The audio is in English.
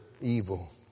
evil